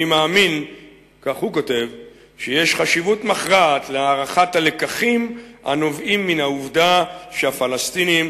אני מאמין שיש חשיבות מכרעת להערכת הלקחים הנובעים מן העובדה שהפלסטינים